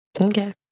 Okay